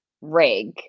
rig